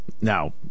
Now